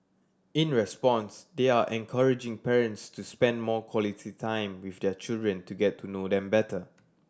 in response they are encouraging parents to spend more quality time with their children to get to know them better